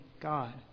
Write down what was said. God